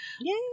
Yay